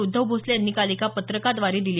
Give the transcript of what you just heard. उद्धव भोसले यांनी काल एका पत्रकाद्वारे दिली